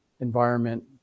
environment